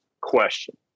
question